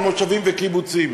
על מושבים וקיבוצים.